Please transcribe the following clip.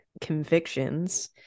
convictions